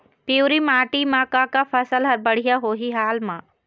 पिवरी माटी म का का फसल हर बढ़िया होही हाल मा?